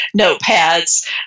notepads